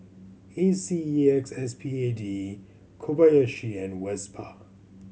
A C E X S P A D E Kobayashi and Vespa